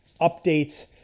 updates